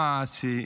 למע"ש,